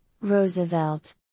Roosevelt